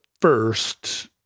first